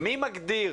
מי מגדיר